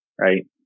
right